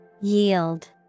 Yield